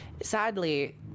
sadly